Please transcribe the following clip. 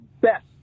best